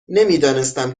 نمیدانستم